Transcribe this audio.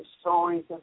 stories